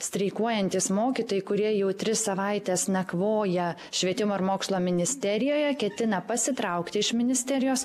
streikuojantys mokytojai kurie jau tris savaites nakvoja švietimo ir mokslo ministerijoje ketina pasitraukti iš ministerijos